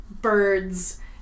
birds